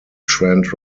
trent